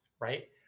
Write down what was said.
right